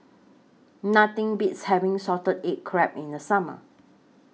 Nothing Beats having Salted Egg Crab in The Summer